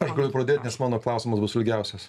aš galiu pradėt nes mano klausimas bus ilgiausias